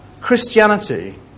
Christianity